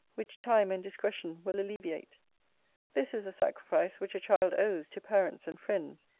which time and discretion will alleviate this is a sacrifice which a child owes to parents and friends,